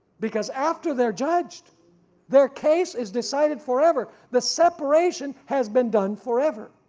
because after they're judged their case is decided forever the separation has been done forever.